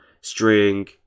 string